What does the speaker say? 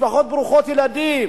משפחות ברוכות ילדים,